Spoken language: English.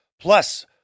Plus